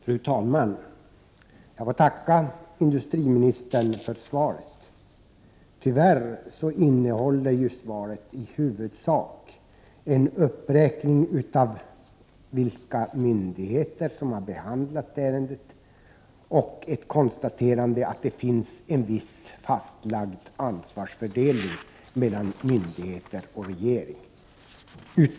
Fru talman! Jag får tacka industriministern för svaret. Tyvärr innehåller svaret i huvudsak en uppräkning av vilka myndigheter som har behandlat ärendet och ett konstaterande av att det finns en viss fastlagd ansvarsfördelning mellan myndigheter och regering.